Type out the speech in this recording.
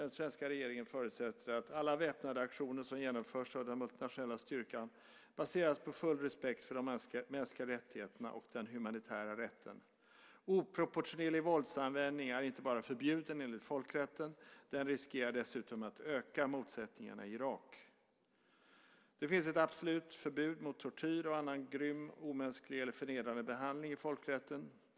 Den svenska regeringen förutsätter att alla väpnade aktioner som genomförs av den multinationella styrkan baseras på full respekt för de mänskliga rättigheterna och den humanitära rätten. Oproportionerlig våldsanvändning är inte bara förbjuden enligt folkrätten - den riskerar dessutom att öka motsättningarna i Irak. Det finns ett absolut förbud mot tortyr och annan grym, omänsklig eller förnedrande behandling i folkrätten.